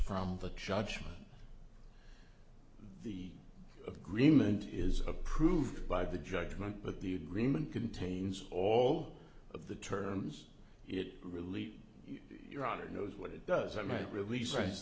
from the judgment the agreement is approved by the judgment but the agreement contains all of the terms it relieve your honor knows what it does i mean it release